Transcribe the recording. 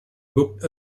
booked